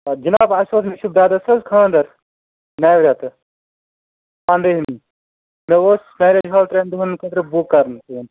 آ جناب اسہِ اوس مےٚ چھُ بیٚردرَس حظ خانٛدر نَیہِ ریٚتہٕ پَنٛدٲہمہِ مےٚ اوس میریج حال ترٛٮ۪ن دۄہَن خٲطرٕ بُک کرُن